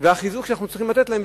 והחיזוק שאנחנו צריכים לתת להם,